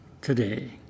today